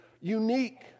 unique